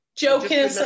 Joking